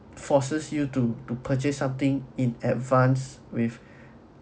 forces you to to purchase something in advance with